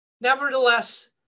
Nevertheless